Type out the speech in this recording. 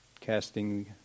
casting